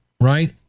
right